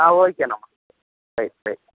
ఓకేనమ్మా right right